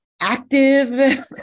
active